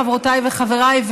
חברותיי וחבריי,